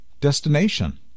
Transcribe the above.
destination